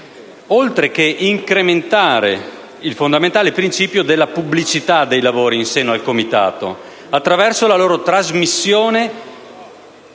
oltre che incrementare il fondamentale principio della pubblicità dei lavori in seno al Comitato attraverso la loro trasmissione